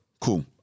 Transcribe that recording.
cool